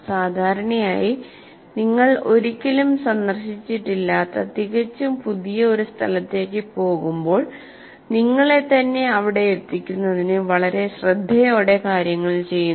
സാധാരണയായി നിങ്ങൾ ഒരിക്കലും സന്ദർശിച്ചിട്ടില്ലാത്ത തികച്ചും പുതിയ ഒരു സ്ഥലത്തേക്ക് പോകുമ്പോൾ നിങ്ങളെത്തന്നെ അവിടെ എത്തിക്കുന്നതിന് വളരെ ശ്രദ്ധയോടെ കാര്യങ്ങൾ ചെയ്യുന്നു